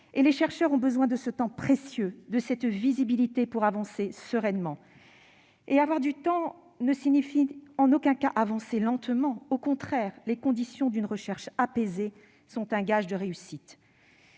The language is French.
et les chercheurs ont besoin de ce temps précieux, de cette visibilité pour avancer sereinement. Avoir du temps ne signifie en aucun cas avancer lentement. Au contraire, des conditions de recherche apaisées sont un gage de réussite.